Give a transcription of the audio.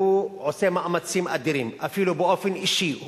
הוא עושה מאמצים אדירים, אפילו באופן אישי.